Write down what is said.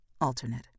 Alternate